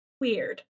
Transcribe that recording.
Weird